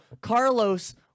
carlos